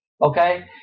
Okay